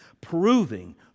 proving